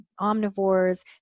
omnivores